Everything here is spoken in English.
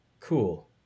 cool